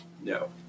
No